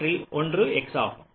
அவற்றில் ஒன்று x ஆகும்